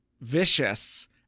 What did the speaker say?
vicious